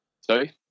Sorry